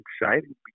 exciting